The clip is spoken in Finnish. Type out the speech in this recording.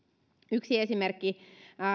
yksi esimerkki